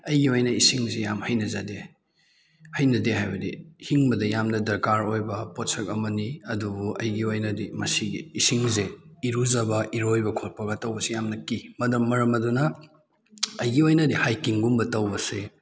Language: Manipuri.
ꯑꯩꯒꯤ ꯑꯣꯏꯅ ꯏꯁꯤꯡꯁꯤ ꯌꯥꯝ ꯍꯩꯅꯖꯗꯦ ꯍꯩꯅꯗꯦ ꯍꯥꯏꯕꯗꯤ ꯍꯤꯡꯕꯗ ꯌꯥꯝꯅ ꯗꯔꯀꯥꯔ ꯑꯣꯏꯕ ꯄꯣꯠꯁꯛ ꯑꯃꯅꯤ ꯑꯗꯨꯕꯨ ꯑꯩꯒꯤ ꯑꯣꯏꯅꯗꯤ ꯃꯁꯤꯒꯤ ꯏꯁꯤꯡꯁꯦ ꯏꯔꯨꯖꯕ ꯏꯔꯣꯏꯕ ꯈꯣꯠꯄꯒ ꯇꯧꯕꯁꯤ ꯌꯥꯝꯅ ꯀꯤ ꯃꯔꯝ ꯑꯗꯨꯅ ꯑꯩꯒꯤ ꯑꯣꯏꯅꯗꯤ ꯍꯥꯏꯛꯀꯤꯡꯒꯨꯝꯕ ꯇꯧꯕꯁꯦ